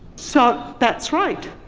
so that's right.